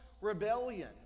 rebellion